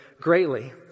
greatly